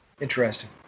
Interesting